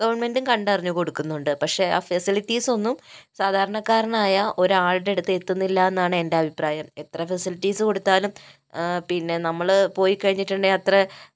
ഗവണ്മെന്റും കണ്ടറിഞ്ഞു കൊടുക്കുന്നുണ്ട് പക്ഷേ ആ ഫെസിലിറ്റീസൊന്നും സാധാരണക്കാരനായ ഒരാളുടെ അടുത്ത് എത്തുന്നില്ല എന്നാണ് എന്റെ അഭിപ്രായം എത്ര ഫെസിലിറ്റീസ് കൊടുത്താലും പിന്നെ നമ്മള് പോയി കഴിഞ്ഞിട്ടുണ്ടേൽ അത്ര